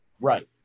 right